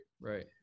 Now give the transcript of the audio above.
Right